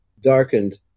darkened